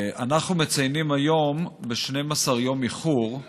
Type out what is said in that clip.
אנחנו מציינים היום, ב-12 יום איחור,